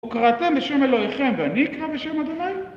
וקראתם בשם אלוהיכם ואני אקרא בשם ה'?